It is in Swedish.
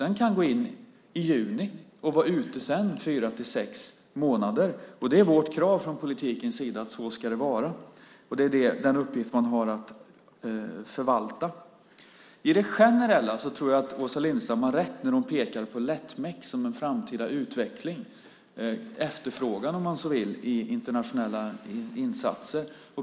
Den kan gå in i juni och sedan vara ute i fyra-sex månader. Det är vårt krav från politikens sida att det ska vara så. Det är den uppgift man har att förvalta. I det generella tror jag att Åsa Lindestam har rätt när hon pekar på lättmek som en framtida utveckling och efterfrågan om man så vill i internationella insatser.